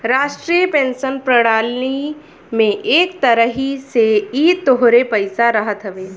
राष्ट्रीय पेंशन प्रणाली में एक तरही से इ तोहरे पईसा रहत हवे